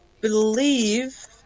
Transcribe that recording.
believe